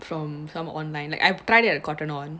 from some online like I tried it with cotton on